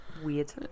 weird